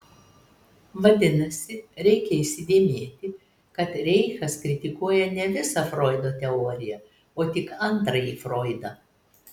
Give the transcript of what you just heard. vadinasi reikia įsidėmėti kad reichas kritikuoja ne visą froido teoriją o tik antrąjį froidą